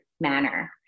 manner